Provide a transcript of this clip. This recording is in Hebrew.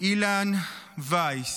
אילן וייס.